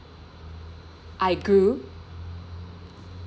I grew